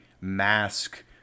mask